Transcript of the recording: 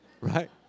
Right